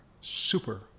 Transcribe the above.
super